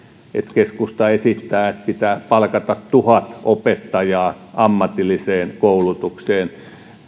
keskusta esittää että pitää palkata tuhat opettajaa ammatilliseen koulutukseen